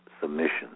submission